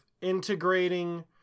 integrating